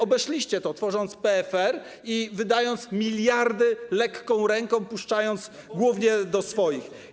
Obeszliście to, tworząc PFR i wydając miliardy lekką ręką, puszczając je głównie do swoich.